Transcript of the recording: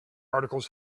articles